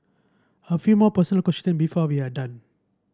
a few more personal question before we are done